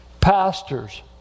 pastors